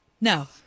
No